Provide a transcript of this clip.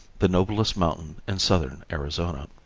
the noblest mountain in southern arizona.